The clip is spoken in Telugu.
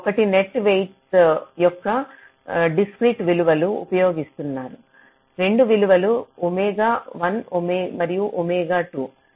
ఒకటి నెట్ వెయిట్స్ యొక్క డిస్క్రీట్ విలువలు ఉపయోగిస్తున్నారు 2 విలువలు ఒమేగా 1 మరియు ఒమేగా 2